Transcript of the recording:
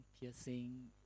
piercing